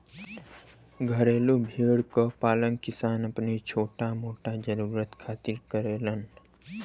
घरेलू भेड़ क पालन किसान अपनी छोटा मोटा जरुरत खातिर करेलन